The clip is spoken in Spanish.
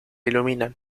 iluminan